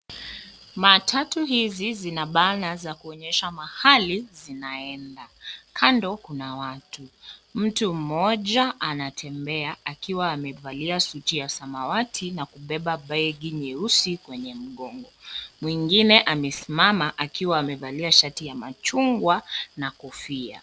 Matatu hizi zina[cs ] banner [cs ] za kuonyesha mahali zinaenda. Kando kuna watu. Mtu mmoja anatembea akiwa amevalia suti ya samawati na kubeba begi nyeusi kwenye mgongo. Mwingine amesimama akiwa amevalia shati ya machungwa na kofia.